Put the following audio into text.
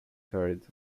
third